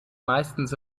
meistens